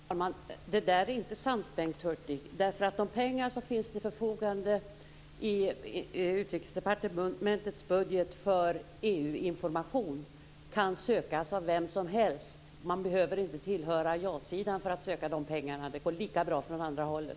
Herr talman! Det där är inte sant, Bengt Hurtig. De pengar som finns till förfogande för EU information i Utrikesdepartementets budget kan sökas av vem som helst. Man behöver inte tillhöra ja-sidan för att ansöka om dem - det går lika bra från andra hållet.